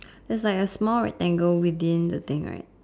there's like a small rectangle within the thing right